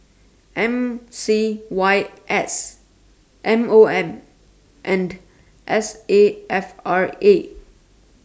M C Y S M O M and S A F R A